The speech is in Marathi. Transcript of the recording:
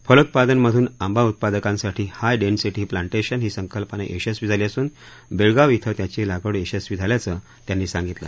फलोत्पादन मधून आंबा उत्पादकांसाठी हाय डेन्सिटी प्लांटेशन ही संकल्पना यशस्वी झाली असून बेळगाव िळे त्याची लागवड यशस्वी झाल्याचं त्यांनी सांगितलं